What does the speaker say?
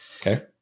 Okay